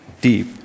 deep